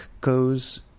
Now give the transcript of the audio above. goes